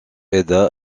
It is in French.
aida